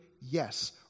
yes